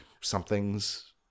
somethings